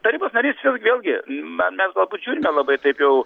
tarybos narys vėl vėlgi me mes gal būt žiūrime labai taip jau